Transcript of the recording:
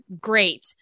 great